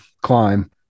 climb